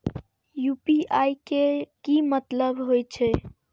UPI के की मतलब हे छे?